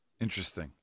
Interesting